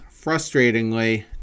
frustratingly